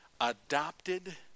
adopted